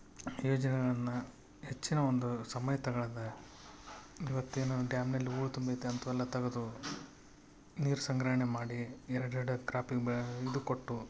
ಯೋಜನೆಗಳನ್ನು ಹೆಚ್ಚಿನ ಒಂದು ಸಮಯ ತಗೊಳದೆ ಇವತ್ತು ಏನು ಡ್ಯಾಮಿನಲ್ಲಿ ಹೂಳ್ ತುಂಬಿದೆ ಅಂಥವೆಲ್ಲ ತೆಗದು ನೀರು ಸಂಗ್ರಹಣೆ ಮಾಡಿ ಎರಡು ಎರಡು ಕ್ರಾಪಿಗೆ ಬೇ ಇದು ಕೊಟ್ಟು